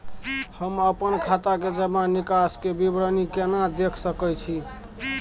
हम अपन खाता के जमा निकास के विवरणी केना देख सकै छी?